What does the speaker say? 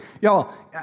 y'all